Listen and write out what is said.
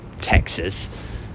Texas